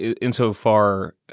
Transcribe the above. insofar